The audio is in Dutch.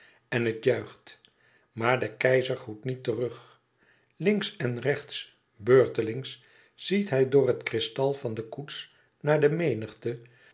en het juicht maar de keizer groet niet terug links en rechts beurtelings ziet hij door het kristal van de koets naar de menigte